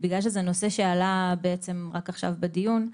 בגלל שזה נושא שעלה רק עכשיו בדיון,